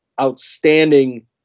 outstanding